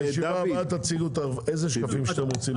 בישיבה הבאה תציגו איזה שקפים שאתם רוצים.